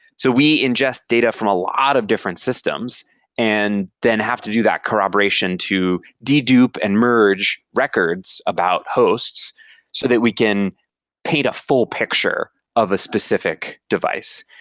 so we ingest data from a lot of different systems and then have to do that corroboration to de dupe and merge records about hosts so that we can paint a full picture of as specific device.